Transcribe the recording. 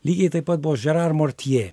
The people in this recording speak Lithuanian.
lygiai taip pat buvo žerar mortje